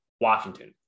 Washington